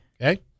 Okay